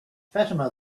fatima